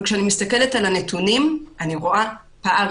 אבל כשאני מסתכלת על הנתונים אני רואה פער